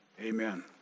Amen